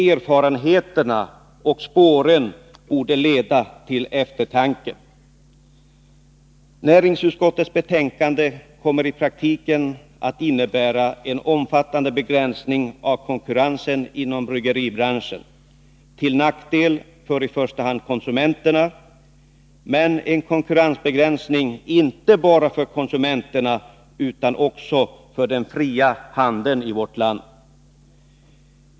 Erfarenheterna och spåren borde leda till eftertanke. Näringsutskottets betänkande kommer i praktiken att innebära en omfattande begränsning av konkurrensen inom bryggeribranschen, till nackdel för i första hand konsumenterna. Men det är en konkurrensbegränsning inte bara för konsumenterna utan också för den fria handeln i vårt land.